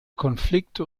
konflikte